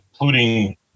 Including